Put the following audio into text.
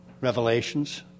revelations